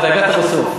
אתה הגעת בסוף.